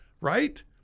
Right